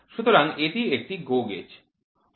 সুতরাং এটি একটি GO gauge